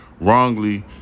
wrongly